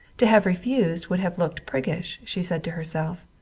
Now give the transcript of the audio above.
to have refused would have looked priggish, she said to herself.